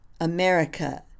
America